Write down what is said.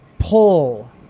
Pull